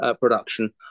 production